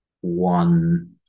one